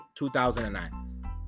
2009